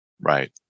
Right